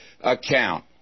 account